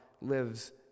lives